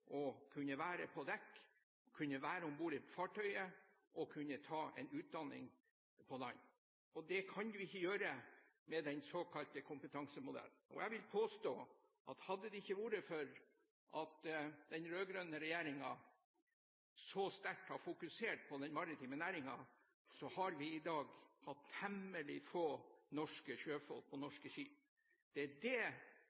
å kunne være på dekk, kunne være om bord i fartøyet og kunne ta en utdanning på land. Det kan man ikke gjøre med den såkalte kompetansemodellen. Jeg vil påstå at hadde det ikke vært for at den rød-grønne regjeringen så sterkt har fokusert på den maritime næringen, hadde vi i dag hatt temmelig få norske sjøfolk på